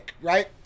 right